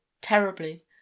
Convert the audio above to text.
terribly